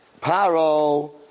Paro